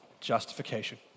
justification